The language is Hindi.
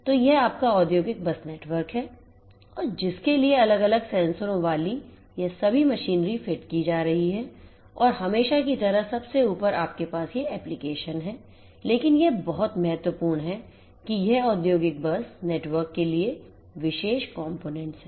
तो यह आपका औद्योगिक बस नेटवर्क है और जिसके लिए अलग अलग सेंसरों वाली यह सभी मशीनरी फिट की जा रही हैं और हमेशा की तरह सबसे ऊपर आपके पास ये एप्लिकेशन हैं लेकिन यह बहुत महत्वपूर्ण है कि ये औद्योगिक बस नेटवर्क के लिए विशिष्ट कंपोनेंट्स हैं